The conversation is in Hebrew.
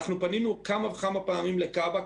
פנינו כמה וכמה פעמים לכב"א,